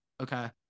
okay